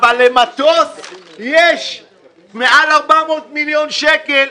אבל למטוס יש מעל 400 מיליון שקל.